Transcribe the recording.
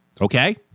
okay